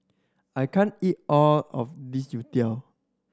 I can't eat all of this youtiao